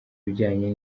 ibijyanye